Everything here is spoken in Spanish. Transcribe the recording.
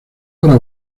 para